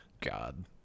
God